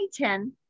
2010